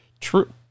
true